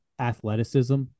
athleticism